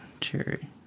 cherry